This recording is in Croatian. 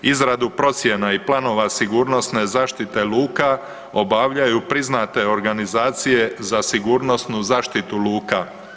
Izradu procjena i planova sigurnosne zaštite luka obavljaju priznate organizacije za sigurnosnu zaštitu luka.